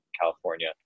California